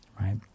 right